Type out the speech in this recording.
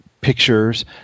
pictures